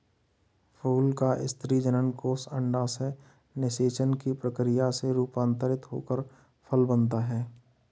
फूल का स्त्री जननकोष अंडाशय निषेचन की प्रक्रिया से रूपान्तरित होकर फल बनता है